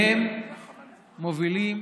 והם מובילים